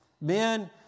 Men